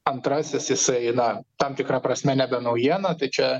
antrasis jisai na tam tikra prasme nebe naujiena tai čia